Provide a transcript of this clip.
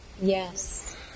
Yes